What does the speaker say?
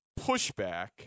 pushback